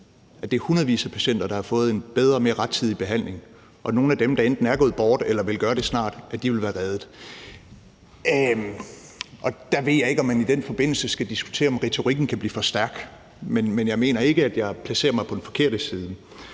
og havde sendt dem til udlandet – havde fået en bedre og mere rettidig behandling. Og nogle af dem, der enten er gået bort eller vil gøre det snart, ville have været reddet. Der ved jeg ikke, om man i den forbindelse skal diskutere, om retorikken kan blive for stærk, men jeg mener ikke, at jeg placerer mig på den forkerte side.